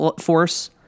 force